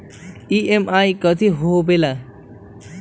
EMI कथी होवेले?